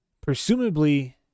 presumably